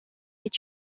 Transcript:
est